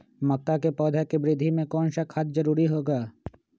मक्का के पौधा के वृद्धि में कौन सा खाद जरूरी होगा?